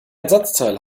ersatzteil